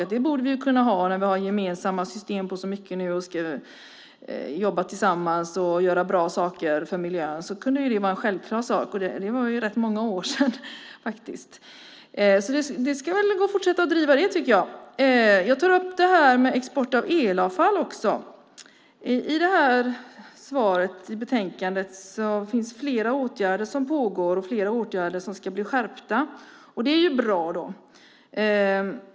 Nog borde vi kunna ha ett gemensamt system även när det gäller detta, när vi nu ska jobba tillsammans och göra bra saker för miljön? Det är nu rätt många år sedan, faktiskt. Det skulle nog gå att fortsätta driva detta, tycker jag. Jag tar också upp detta med export av elavfall. I betänkandet nämns flera åtgärder som pågår och flera åtgärder som ska bli skärpta. Det är ju bra.